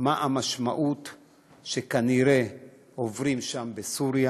מה המשמעות של מה שכנראה עוברים שם בסוריה,